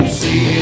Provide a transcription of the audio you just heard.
see